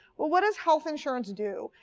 well, what does health insurance do?